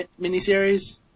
miniseries